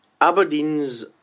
Aberdeen's